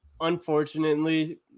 Unfortunately